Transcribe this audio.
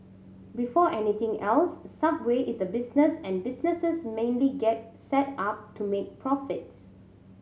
before anything else Subway is a business and businesses mainly get set up to make profits